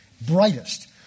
brightest